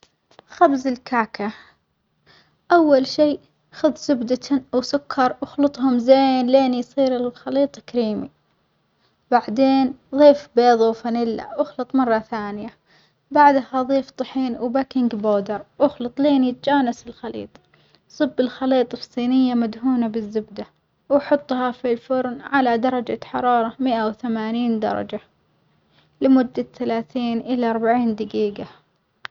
خبز الكعكة أول شي خذ زبدة وسكر واخلطهم زين لين يصير الخليط كريمي بعدين ظيف بيظ وفانيلا واخلط مرة ثانية، بعدها ظيف طحين وبيكنج باودر واخلط لين يتجانس الخليط، صب الخليط في صينية مدهونة بالزبدة وحطها في الفرن على درجة حرارة مائة وثمانين درجة لمدة ثلاثين إلى أربعين دجيجة.